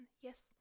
yes